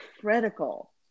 critical